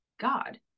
God